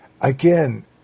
Again